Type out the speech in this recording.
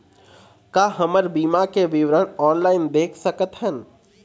का हमर बीमा के विवरण ऑनलाइन देख सकथन?